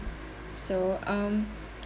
so um